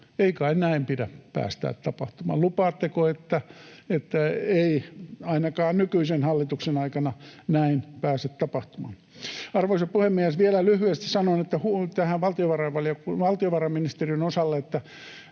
Ei kai näin pidä päästää tapahtumaan? Lupaatteko, että ei ainakaan nykyisen hallituksen aikana näin pääse tapahtumaan? Arvoisa puhemies! Vielä lyhyesti sanon tähän valtiovarainministeriön osalle,